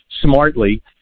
smartly